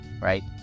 right